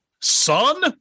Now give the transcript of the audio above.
Son